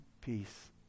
peace